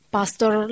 Pastor